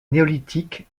néolithique